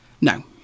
No